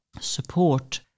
support